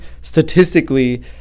statistically